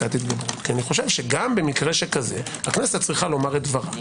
פסקת התגברות כי גם במקרה כזה הכנסת צריכה לומר את דברה,